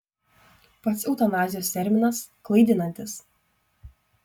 pats eutanazijos terminas klaidinantis